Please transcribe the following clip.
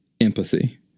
empathy